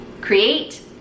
create